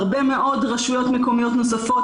בגזר בהרבה מאוד רשויות מקומיות נוספות